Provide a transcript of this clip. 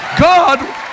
God